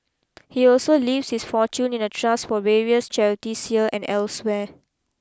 he also leaves his fortune in a trust for various charities here and elsewhere